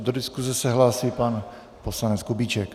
Do diskuse se hlásí pan poslanec Kubíček.